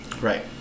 Right